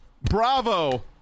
Bravo